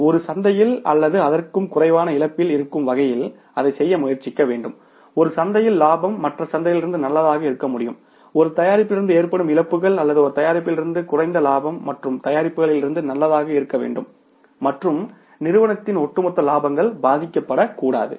ஆனால் ஒரு சந்தையில் அல்லது அதற்கும் குறைவான இழப்பில் இருக்கும் வகையில் அதைச் செய்ய முயற்சிக்க வேண்டும் ஒரு சந்தையில் லாபம் மற்ற சந்தையிலிருந்து நல்லதாக இருக்க முடியும் ஒரு தயாரிப்பிலிருந்து ஏற்படும் இழப்புகள் அல்லது ஒரு தயாரிப்பிலிருந்து குறைந்த இலாபம் மற்ற தயாரிப்புகளிலிருந்து நல்லதாக இருக்க வேண்டும் மற்றும் நிறுவனத்தின் ஒட்டுமொத்த இலாபங்கள் பாதிக்கப்படக்கூடாது